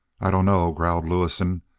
i dunno, growled lewison.